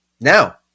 Now